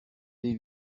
les